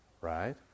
right